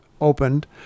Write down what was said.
opened